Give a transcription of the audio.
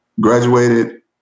graduated